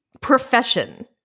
profession